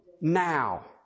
now